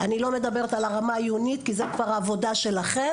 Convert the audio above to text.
אני לא מדברת על הרמה העיונית כי זו כבר העבודה שלכם,